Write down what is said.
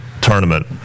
tournament